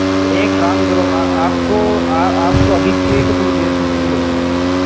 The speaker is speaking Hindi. एक काम करो आ आपको आ आपको अभी चाहिए कि थोड़ी देर से चाहिए यह बताओ मेरे को